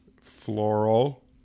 floral